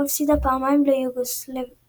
ובו הפסידה פעמיים ליוגוסלביה.